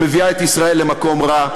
שמביאה את ישראל למקום רע,